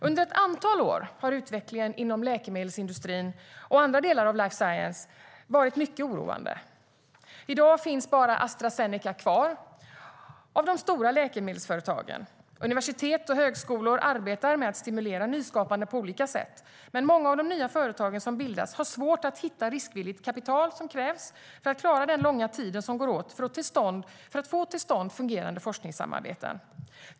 Under ett antal år har utvecklingen inom läkemedelsindustrin och andra delar av life science varit mycket oroande. I dag finns bara Astra Zeneca kvar av de stora läkemedelsföretagen. Universitet och högskolor arbetar med att stimulera nyskapande på olika sätt, men många av de nya företag som bildas har svårt att hitta riskvilligt kapital som krävs för att klara den långa tid som går åt för att få till stånd fungerande forskningssamarbeten.